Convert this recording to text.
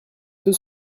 deux